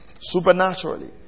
supernaturally